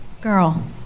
girl